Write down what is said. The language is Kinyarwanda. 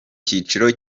cyiciro